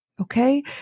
Okay